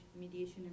mediation